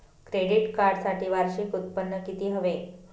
Credit कार्डसाठी वार्षिक उत्त्पन्न किती हवे?